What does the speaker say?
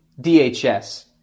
DHS